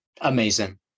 Amazing